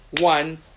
one